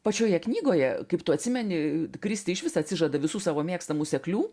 pačioje knygoje kaip tu atsimeni kristi išvis atsižada visų savo mėgstamų seklių